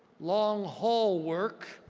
long haul work,